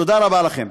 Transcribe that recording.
תודה רבה לכם.